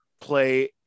play